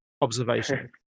observation